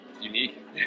unique